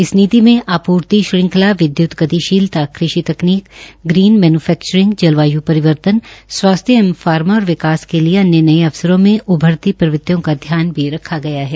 इस नीति में आपूर्ति श्रृंखला विद्युत गतिशीलता कृषि तकनीक ग्रीन मैन्यूफैक्चरिंग जलवाय् परिवर्तन स्वास्थ्य एवं फार्मा और विकास के लिए अन्य नए अवसरों में उभरती प्रवृतियों का ध्यान भी रखा गया है